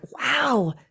wow